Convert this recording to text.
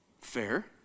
Fair